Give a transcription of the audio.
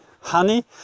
honey